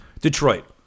Detroit